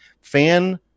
fan